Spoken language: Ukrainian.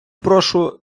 прошу